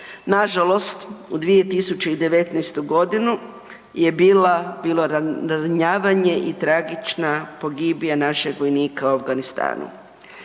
Na žalost u 2019. godinu je bilo ranjavanje i tragična pogibija našeg vojnika u Afganistanu.